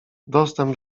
dostęp